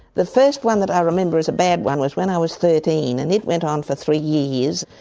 the first one that i remember as a bad one was when i was thirteen and it went on for three years.